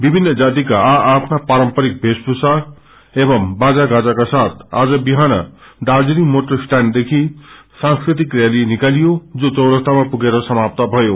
विभिन्न जातिका आ आफ्ना पारम्परिक वेशभूषा एवं वाजा गाजाको साथ आज बिहान दार्जीलिङ मोटर स्टयाण्डदेखि सांस्कृतिक रैली निकालियो जो चौरास्तामा गएर सामाप्त भयो